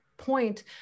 point